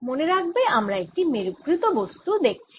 মনে রাখবে আমরা একটি মেরুকৃত বস্তু দেখছি